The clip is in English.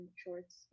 shorts